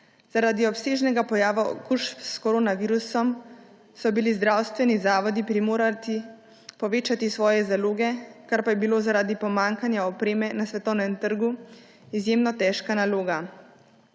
Zaradi obsežnega pojava okužb s koronavirusom so bili zdravstveni zavodi primorani povečati svoje zaloge, kar pa je bilo zaradi pomanjkanja opreme na svetovnem trgu izjemno težka naloga.